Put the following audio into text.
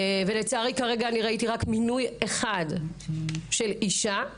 ולצערי, כרגע ראיתי רק מינוי אחד של אישה.